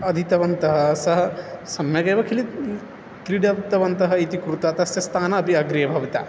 अधीतवन्तः सः सम्यगेव किलि क्रीडितवन्तः इति कृत्वा तस्य स्थानम् अपि अग्रे भविता